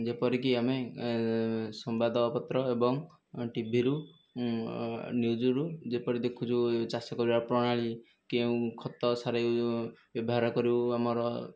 ଯେପରିକି ଆମେ ସମ୍ବାଦପତ୍ର ଏବଂ ଟିଭିରୁ ନିଉଜରୁ ଯେପରି ଦେଖୁଛୁ ଚାଷ କରିବା ପ୍ରଣାଳୀ କେଉଁ ଖତ ସାର ବ୍ୟବହାର କରିବୁ ଆମର